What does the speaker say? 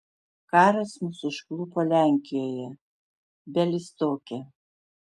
karas mus užklupo lenkijoje bialystoke